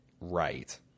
right